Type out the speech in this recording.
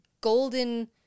golden